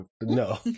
no